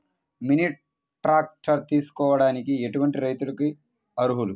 Mini tractor తీసుకోవడానికి ఎటువంటి రైతులకి అర్హులు?